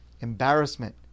embarrassment